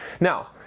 Now